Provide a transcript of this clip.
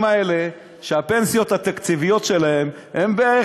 האלה שהפנסיות התקציביות שלהם הן בערך,